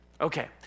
Okay